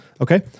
Okay